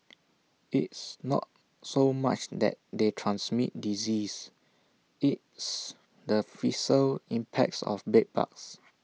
it's not so much that they transmit disease it's the fiscal impacts of bed bugs